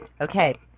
Okay